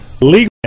legal